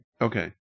Okay